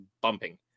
bumping